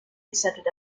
accepted